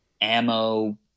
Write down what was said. ammo